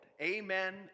Amen